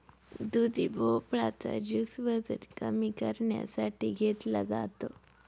दुधी भोपळा चा ज्युस वजन कमी करण्यासाठी घेतला जातो